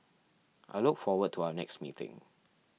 i look forward to our next meeting